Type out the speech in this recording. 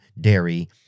dairy